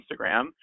instagram